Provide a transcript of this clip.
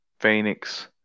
Phoenix